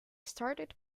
started